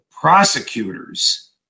prosecutors